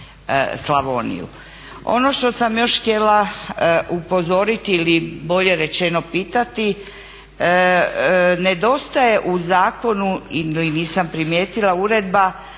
Slavoniju. Ono što sam još htjela upozoriti ili bolje rečeno pitati, nedostaje u zakonu i nisam primijetila Uredba